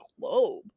Globe